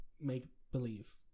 make-believe